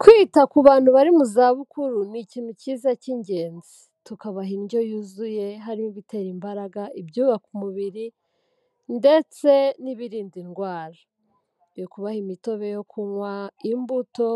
Kwita ku bantu bari mu za bukuru ni ikintu kiza k'ingenzi, tukabaha indyo yuzuye harimo ibitera imbaraga, ibyubaka umubiri ndetse n'ibirinda indwara, kubaha imitobe yo kunywa, imbuto